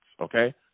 okay